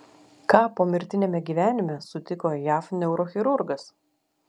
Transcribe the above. ką pomirtiniame gyvenime sutiko jav neurochirurgas